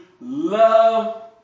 love